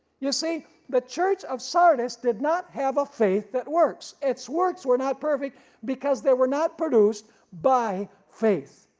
you see the church of sardis did not have a faith that works, its works were not perfect because they were not produced by faith.